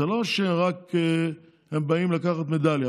זה לא שרק הם באים לקחת מדליה.